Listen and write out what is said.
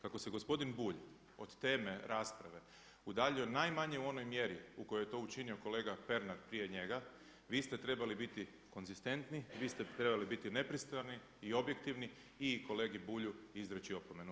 Kako se gospodin Bulj od teme rasprave udaljio najmanje u onoj mjeri u kojoj je to učinio kolega Pernar prije njega, vi ste trebali biti konzistentni, vi ste trebali biti nepristrani i objektivni i kolegi Bulju izreći opomenu.